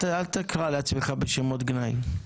אל תקרא לך בשמות גנאי.